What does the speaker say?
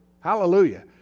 Hallelujah